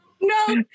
No